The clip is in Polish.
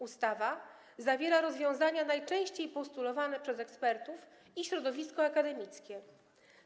Ustawa zawiera rozwiązania najczęściej postulowane przez ekspertów i środowisko akademickie.